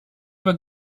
were